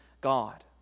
God